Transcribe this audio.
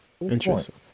Interesting